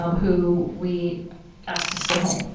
um who we asked to stay home.